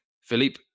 Philippe